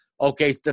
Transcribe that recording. okay